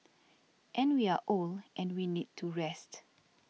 and we are old and we need to rest